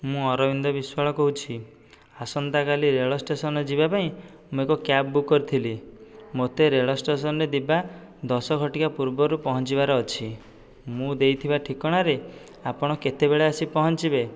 ମୁଁ ଅରବିନ୍ଦ ବିଶ୍ୱାଳ କହୁଛି ଆସନ୍ତା କାଲି ରେଳ ଷ୍ଟେସନ ଯିବା ପାଇଁ ମୁଁ ଏକ କ୍ୟାବ ବୁକ କରିଥିଲି ମୋତେ ରେଳ ଷ୍ଟେସନରେ ଦିବା ଦଶ ଘଟିକା ପୂର୍ବ ରୁ ପହଞ୍ଚିବାର ଅଛି ମୁଁ ଦେଇଥିବା ଠିକଣାରେ ଆପଣ କେତେବେଳେ ଆସି ପହଞ୍ଚିବେ